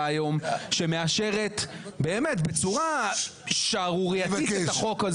היום שמאשרת בצורה שערורייתית את החוק הזה.